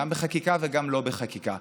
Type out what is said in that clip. גם בחקיקה וגם לא בחקיקה,